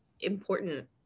important